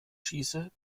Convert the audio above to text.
schieße